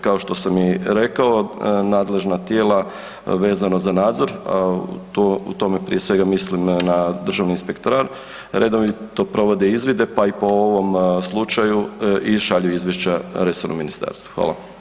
Kao što sam i rekao, nadležna tijela vezano za nadzor, u tome prije svega mislim na Državni inspektorat, redovito provode izvide pa i po ovom slučaju i šalju izvješća resornom ministarstvu, hvala.